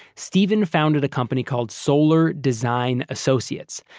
steven founded a company called solar design associates.